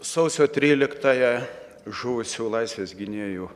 sausio tryliktąją žuvusių laisvės gynėjų